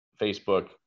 Facebook